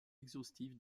exhaustive